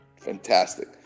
Fantastic